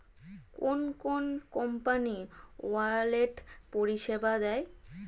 কোন কোন company wallet পরিষেবা দেয়?